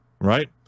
right